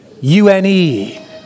U-N-E